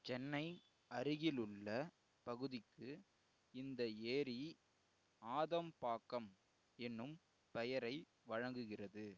சென்னை அருகிலுள்ள பகுதிக்கு இந்த ஏரி ஆதம்பாக்கம் எனும் பெயரை வழங்குகிறது